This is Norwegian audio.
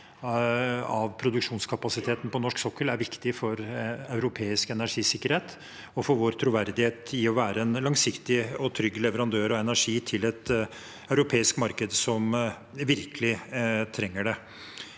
i produksjonskapasiteten på norsk sokkel, er viktig for europeisk energisikkerhet og for vår troverdighet som en langsiktig og trygg leverandør av energi til det europeiske markedet, som virkelig trenger det.